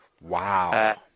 Wow